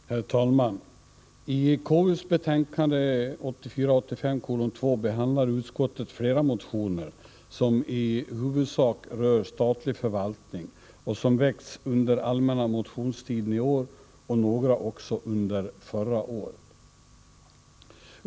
Herr talman! I KU:s betänkande 1984/85:2 behandlar utskottet flera motioner som i huvudsak rör statlig förvaltning och som väckts under allmänna motionstiden i år och några också under förra året.